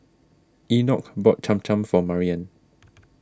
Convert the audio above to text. Enoch bought Cham Cham for Maryanne